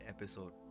Episode